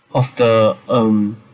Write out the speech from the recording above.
of the um